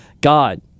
God